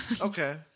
Okay